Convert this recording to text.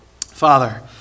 Father